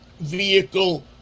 vehicle